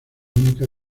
única